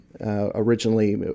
Originally